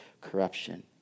corruption